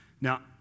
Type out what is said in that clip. Now